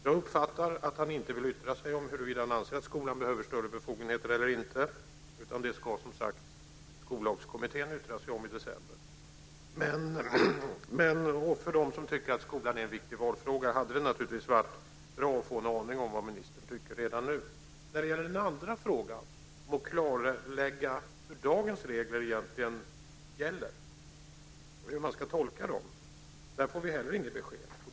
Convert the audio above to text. Jag uppfattar att han inte vill yttra sig om huruvida han anser att skolan behöver större befogenheter eller inte, utan det ska, som sagt, Skollagskommittén yttra sig om i december. Men för dem som tycker att skolan är en viktig valfråga hade det naturligtvis varit bra att få en aning om vad ministern tycker redan nu. När det gäller den andra frågan om att klarlägga hur dagens regler egentligen ska tolkas får vi heller inget besked.